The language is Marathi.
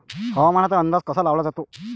हवामानाचा अंदाज कसा लावला जाते?